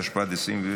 התשפ"ד 2024,